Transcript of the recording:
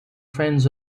friends